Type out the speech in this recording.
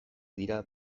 dira